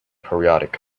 periodic